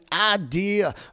idea